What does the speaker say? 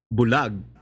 bulag